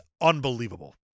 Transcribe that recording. unbelievable